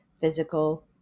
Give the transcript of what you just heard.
Physical